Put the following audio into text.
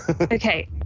Okay